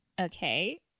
Okay